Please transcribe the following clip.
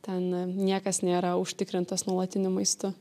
ten niekas nėra užtikrintas nuolatiniu maistu